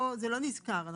זה לא נזכר בסעיפים האלה.